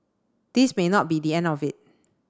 this may not be the end of it